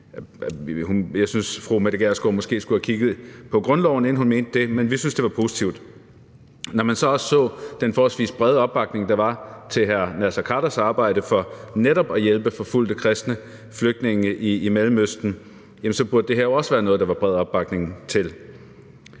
Jeg synes, at fru Mette Gjerskov måske skulle have kigget på grundloven, inden hun mente det, men vi syntes, det var positivt. Når man så også så den forholdsvis brede opbakning, der var til hr. Naser Khaders arbejde for netop at hjælpe forfulgte kristne flygtninge i Mellemøsten, jamen så burde det her også være noget, der var bred opbakning til.